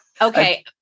Okay